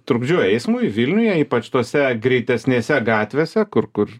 trukdžiu eismui vilniuje ypač tose greitesnėse gatvėse kur kur